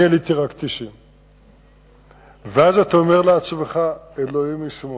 אני עליתי רק 90. ואז אתה אומר לעצמך: אלוהים ישמור,